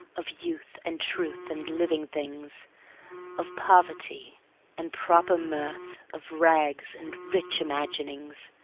of youth and truth and living things of poverty and proper mirth, of rags and rich imaginings